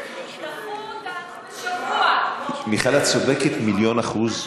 דחו אותנו בשבוע, מיכל, את צודקת במיליון אחוז.